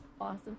Awesome